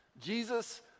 Jesus